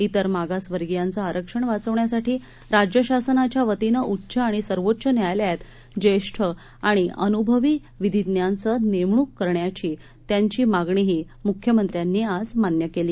इतरमागासवर्गीयांचंआरक्षणवाचवण्यासाठीराज्यशासनाच्यावतीनंउच्चआणिसर्वोच्चन्यायाल यातज्येष्ठआणिअन्भवीविधिज्ञांचनेमणूककरण्याचीत्यांचीमागणीहीम्ख्यमंत्र्यांनीआजमान्य केली